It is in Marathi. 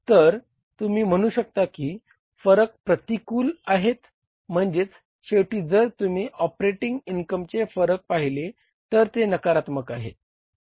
तर तुम्ही म्हणू शकता की फरक प्रतिकूल आहेत म्हणजेच शेवटी जर तुम्ही ऑपरेटिंग इनकमचे फरक पाहिले तर ते नकारात्मक आहे